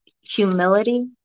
humility